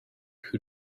who